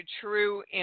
true